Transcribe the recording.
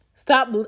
Stop